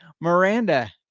Miranda